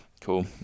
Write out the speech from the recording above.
Cool